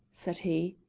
said he.